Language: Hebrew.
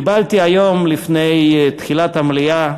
קיבלתי היום, לפני תחילת המליאה,